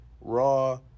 Raw